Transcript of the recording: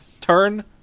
turn